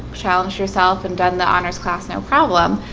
challenged yourself and done the honors class no problem,